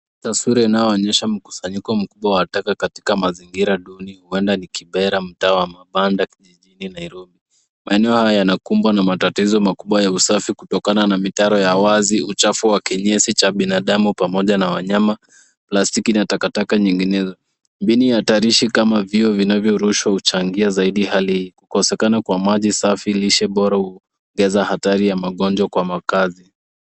Taswira inayoonyesha mkusanyiko mkubwa wa taka katika mazingira duni, huenda ni Kibera mtaa wa mabanda kijjini Nairobi. Maeneo haya yanakumbwa na matatizo makubwa ya usafi kutokana na mitaro ya wazi uchafu wa kinyesi cha binadamu pamoja na wanyama, plastiki na takataka nyinginezo. Mbinu hatarishi kama vyoo vinayo rushwa huchangia zaidi hali, kukosekana kwa maji, lishe bora, huongeza hatari kwa magonjwa kwa makazi.